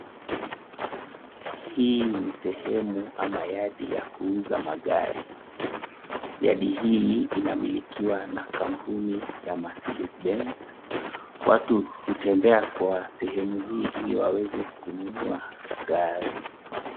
Hii ni sehemu ama yadi yakuuza magari , yadi hii inamilikiwa na kampuni ya Mercedes Benz watu hutembea kwa sehemu hii ili waweze kununua gari.